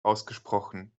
ausgesprochen